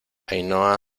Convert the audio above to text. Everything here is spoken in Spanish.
ainhoa